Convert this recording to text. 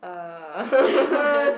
uh